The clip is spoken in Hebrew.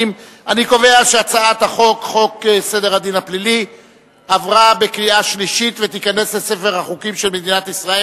הצעת חוק סדר הדין הפלילי (תיקון מס' 62,